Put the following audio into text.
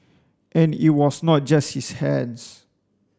and it was not just his hands